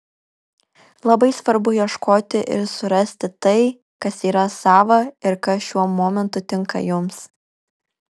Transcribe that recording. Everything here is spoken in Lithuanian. labai svarbu ieškoti ir surasti tai kas yra sava ir kas šiuo momentu tinka jums